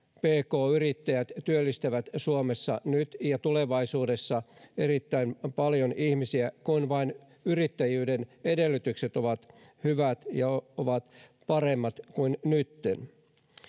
pk yrittäjät työllistävät suomessa nyt ja tulevaisuudessa erittäin paljon ihmisiä kun vain yrittäjyyden edellytykset ovat hyvät ja paremmat kuin nytten